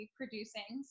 producing